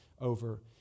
over